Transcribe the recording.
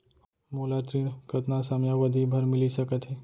मोला ऋण कतना समयावधि भर मिलिस सकत हे?